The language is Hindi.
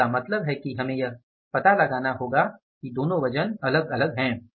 तो इसका मतलब है कि हमें यह पता लगाना होगा कि दोनों वजन अलग अलग हैं